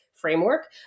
framework